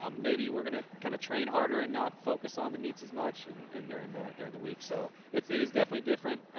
um maybe we're going to kind of train harder and not focus on the meets as much and and during the during the week. so it is definitely different.